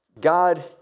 God